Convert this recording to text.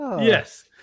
Yes